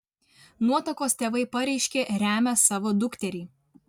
nuotakos tėvai pareiškė remią savo dukterį